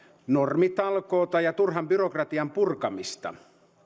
normitalkoita ja turhan byrokratian purkamista